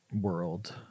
world